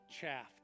chaff